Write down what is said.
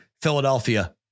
Philadelphia